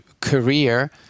career